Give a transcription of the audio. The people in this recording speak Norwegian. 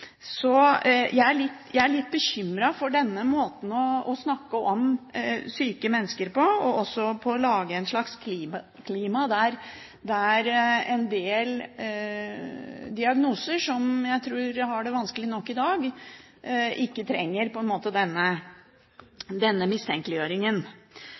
Jeg er litt bekymret for denne måten å snakke om syke mennesker på, og også for at man lager et slags klima der en del med diagnoser, som jeg tror har det vanskelig nok i dag, ikke trenger